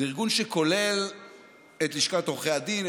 זה ארגון שכולל את לשכת עורכי הדין,